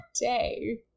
day